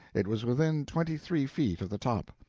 it was within twenty-three feet of the top.